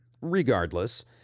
Regardless